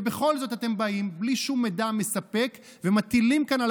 ובכל זאת אתם באים בלי שום מידע מספק ומטילים כאן על